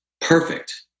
Perfect